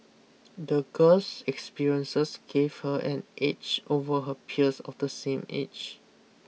the girl's experiences gave her an edge over her peers of the same age